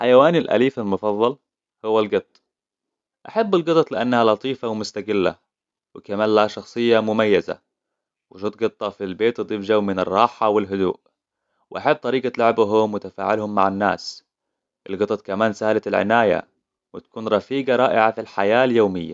حيواني الأليف المفضل هو القط أحب القطط لأنها لطيفة ومستقلة وكمان لها شخصية مميزة وجود قطه في البيت تضيف جو من الراحة والهدوء وأحب طريقة لعبهم وتفاعلهم مع الناس القطط كمان سهلة العناية وتكون رفيقة رائعة في الحياة اليومية